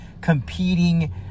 competing